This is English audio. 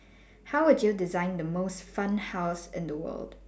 how would you design the most fun house in the world